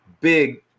big